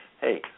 hey